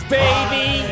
baby